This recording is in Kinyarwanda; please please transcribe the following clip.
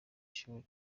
ishuri